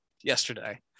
yesterday